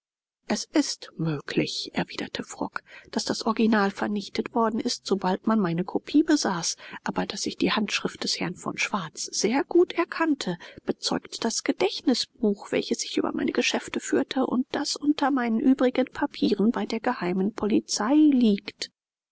es ist möglich erwiderte frock daß das original vernichtet worden ist sobald man meine kopie besaß aber daß ich die handschrift des herrn von schwarz sehr gut erkannte bezeugt das gedächtnisbuch welches ich über meine geschäfte führte und das unter meinen übrigen papieren bei der geheimen polizei liegt